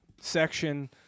section